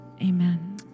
Amen